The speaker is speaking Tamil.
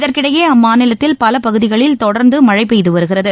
இதற்கிடையே அம்மாநிலத்தில் பகுதிகளில் தொடர்ந்து மழை பெய்து வருகிறது